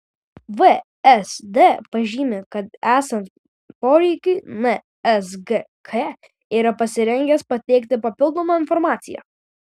vsd pažymi kad esant poreikiui nsgk yra pasirengęs pateikti papildomą informaciją